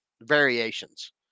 variations